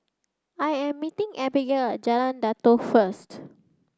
I am meeting Abigale Jalan Datoh first